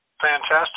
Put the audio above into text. fantastic